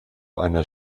einer